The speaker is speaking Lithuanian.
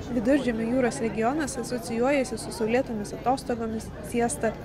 viduržemio jūros regionas asocijuojasi su saulėtomis atostogomis siesta